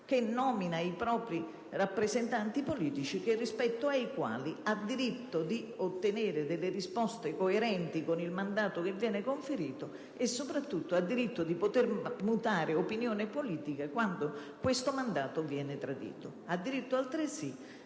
che nomina i propri rappresentanti politici rispetto ai quali ha diritto di ottenere risposte coerenti con il mandato che viene conferito e, soprattutto, di mutare opinione politica quando questo mandato viene tradito. Ha diritto, altresì,